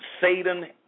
Satan